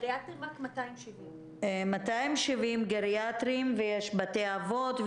גריאטריים רק 270. 270 גריאטריים, ויש בתי אבות,